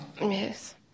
Yes